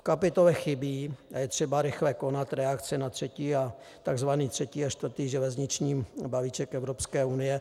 V kapitole chybí, a je třeba rychle konat, reakce na tzv. třetí a čtvrtý železniční balíček Evropského unie.